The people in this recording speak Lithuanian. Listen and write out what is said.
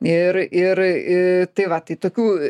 ir ir i tai va tai tokių